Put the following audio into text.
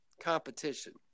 competition